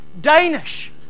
Danish